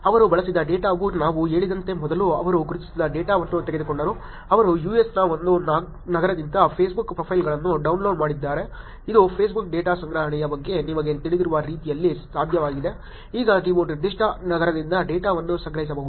ಅವರು ಬಳಸಿದ ಡೇಟಾವು ನಾನು ಹೇಳಿದಂತೆ ಮೊದಲು ಅವರು ಗುರುತಿಸಿದ ಡೇಟಾವನ್ನು ತೆಗೆದುಕೊಂಡರು ಅವರು USನ ಒಂದು ನಗರದಿಂದ ಫೇಸ್ಬುಕ್ ಪ್ರೊಫೈಲ್ಗಳನ್ನು ಡೌನ್ಲೋಡ್ ಮಾಡಿದ್ದಾರೆ ಇದು ಫೇಸ್ಬುಕ್ ಡೇಟಾ ಸಂಗ್ರಹಣೆಯ ಬಗ್ಗೆ ನಿಮಗೆ ತಿಳಿದಿರುವ ರೀತಿಯಲ್ಲಿ ಸಾಧ್ಯವಿದೆ ಈಗ ನೀವು ನಿರ್ದಿಷ್ಟ ನಗರದಿಂದ ಡೇಟಾವನ್ನು ಸಂಗ್ರಹಿಸಬಹುದು